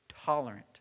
tolerant